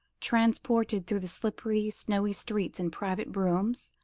transported through the slippery, snowy streets in private broughams,